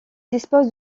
dispose